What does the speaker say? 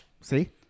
See